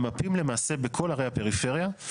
ממפים למעשה בכל ערי הפריפריה,